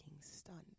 stunned